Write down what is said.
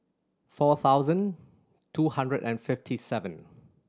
four thousand two hundred and fifty seven